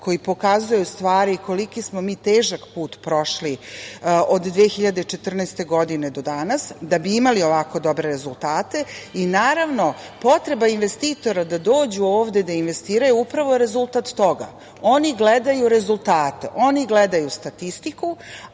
koji pokazuje u stvari koliki smo mi težak put prošli od 2014. godine do danas da bi imali ovako dobre rezultate. Naravno, potreba investitora da dođu ovde da investiraju je upravo rezultat toga. Oni gledaju rezultate, oni gledaju statistiku,